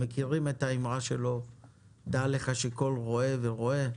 אתם מכירים את האמרה שלו "דע לך שכל רועה ורועה",